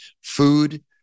food